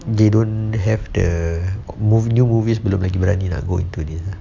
they don't have the mov~ new movies belum lagi berani lah go into this